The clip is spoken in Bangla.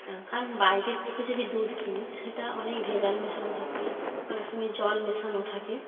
কারণ বাইরের থেকে যদি দুধ কিনি সেটা অনেক ভেজাল মেশানো থাকে অনেক সময় জল মেশানো থাকে